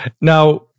Now